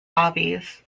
hobbies